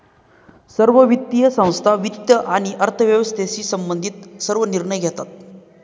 सर्व वित्तीय संस्था वित्त आणि अर्थव्यवस्थेशी संबंधित सर्व निर्णय घेतात